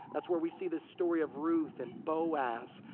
that's where we see the story of ruth and boaz.